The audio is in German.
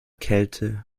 kälte